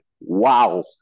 Wow